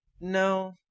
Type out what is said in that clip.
no